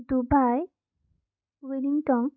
Dubai wellington